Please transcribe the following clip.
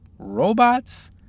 Robots